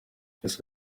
ese